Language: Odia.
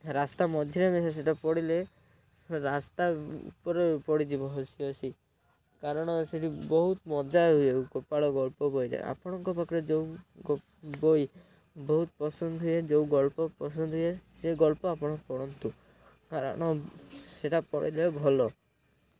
ରାସ୍ତା ମଝିରେ ଯଦି ସେଇଟା ପଢିଲେ ରାସ୍ତା ଉପରେ ପଡ଼ିଯିବ ହସି ହସି କାରଣ ସେଇଠି ବହୁତ ମଜା ହୁଏ ଗୋପାଳ ଗଳ୍ପ ବହିରେ ଆପଣଙ୍କ ପାଖରେ ଯେଉଁ ବହି ବହୁତ ପସନ୍ଦ ହୁଏ ଯେଉଁ ଗଳ୍ପ ପସନ୍ଦ ହୁଏ ସେ ଗଳ୍ପ ଆପଣ ପଢନ୍ତୁ କାରଣ ସେଇଟା ପଢିଲେ ଭଲ